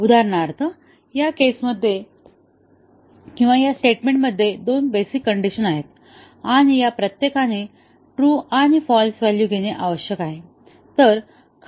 उदाहरणार्थ या केसमध्ये या स्टेटमेंट मध्ये दोन बेसिक कण्डिशन आहेत आणि या प्रत्येकाने ट्रू आणि फाल्स व्हॅल्यू घेणे आवश्यक आहे